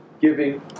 giving